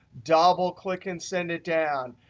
double click, and send it down.